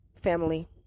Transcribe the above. family